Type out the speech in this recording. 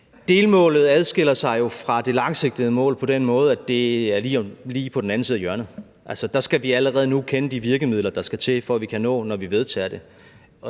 Delmålet adskiller sig jo fra det langsigtede mål på den måde, at det er lige om hjørnet. Der skal vi allerede nu kende de virkemidler, der skal til, for at vi kan nå det, når vi vedtager det.